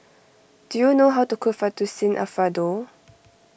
do you know how to cook Fettuccine Alfredo